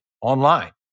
online